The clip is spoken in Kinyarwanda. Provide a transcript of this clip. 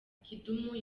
kidum